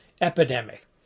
epidemic